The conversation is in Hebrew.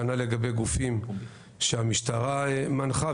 כנ"ל לגבי גופים שהמשטרה מנחה.